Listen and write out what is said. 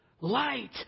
light